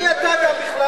מי אתה גם בכלל?